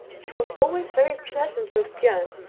she was always very pleasant with bjorn,